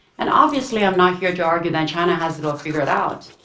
and obviously i'm not here to argue that china has it all figured out.